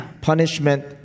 Punishment